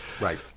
right